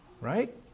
Right